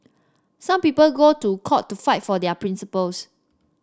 some people go to court to fight for their principles